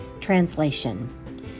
Translation